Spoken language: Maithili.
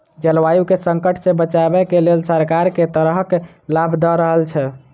जलवायु केँ संकट सऽ बचाबै केँ लेल सरकार केँ तरहक लाभ दऽ रहल छै?